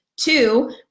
two